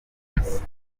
serivisi